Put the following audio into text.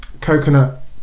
coconut